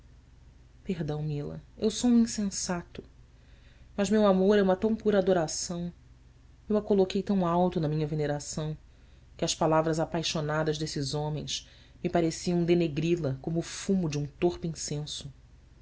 perdão mila eu sou um insensato mas meu amor é uma tão pura adoração eu a coloquei tão alto na minha veneração que as palavras apaixonadas desses homens me pareciam denegri la como o fumo de um torpe incenso